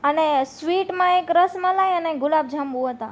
અને સ્વીટમાં એક રસ મલાઈ અને એક ગુલાબ જાંબુ હતા